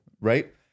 right